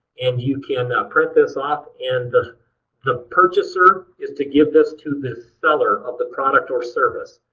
and you can print this off. and the the purchaser is to give this to the seller of the product or service.